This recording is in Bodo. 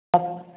हाब